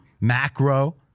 macro